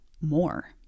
more